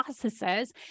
processes